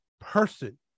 person